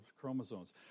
chromosomes